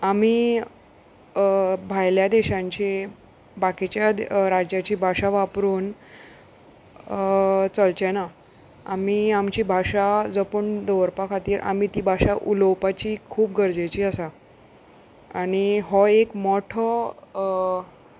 आमी भायल्या देशांची बाकीच्या राज्याची भाशा वापरून चलचें ना आमी आमची भाशा जपून दवरपा खातीर आमी ती भाशा उलोवपाची खूब गरजेची आसा आनी हो एक मोठो